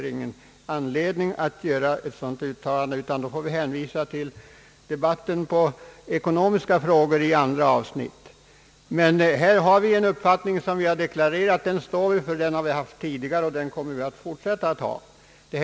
Jag vill endast bestrida riktigheten i ett sådant uttalande och hänvisar i övrigt till den ekonomiska debatt som brukar föras i andra avsnitt. Vi har deklarerat en uppfattning, och vi står för den. Vi har haft den tidigare, och vi kommer att fortsätta att ha den.